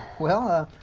well,